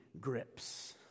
grips